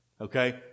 Okay